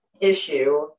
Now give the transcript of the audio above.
issue